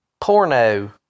Porno